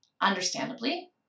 understandably